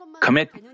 commit